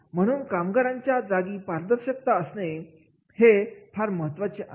म्हणून कामाच्या जागी पारदर्शकता असणे ते फार महत्त्वाचे आहे